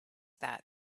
that